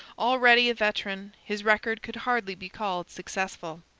already a veteran, his record could hardly be called successful.